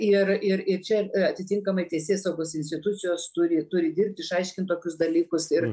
ir ir ir čia atitinkamai teisėsaugos institucijos turi turi dirbt išaiškint tokius dalykus ir